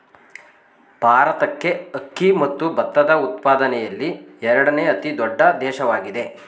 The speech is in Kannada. ಭಾರತಕ್ಕೆ ಅಕ್ಕಿ ಮತ್ತು ಭತ್ತದ ಉತ್ಪಾದನೆಯಲ್ಲಿ ಎರಡನೇ ಅತಿ ದೊಡ್ಡ ದೇಶವಾಗಿದೆ